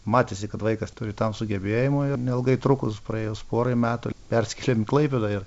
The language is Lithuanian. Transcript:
matėsi kad vaikas turi tam sugebėjimų ir neilgai trukus praėjus porai metų persikėlėm į klaipėdą ir